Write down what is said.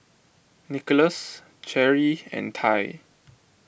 Nicholaus Cheri and Tai